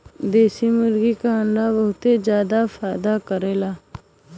देशी मुर्गी के अंडा बहुते फायदा करेला